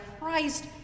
Christ